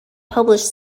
published